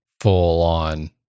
full-on